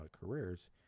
careers